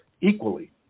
equally